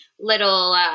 little